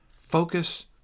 Focus